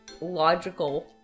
logical